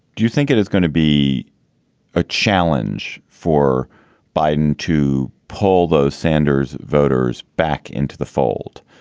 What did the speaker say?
do you think it is going to be a challenge for biden to pull those sanders voters back into the fold?